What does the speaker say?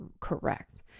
correct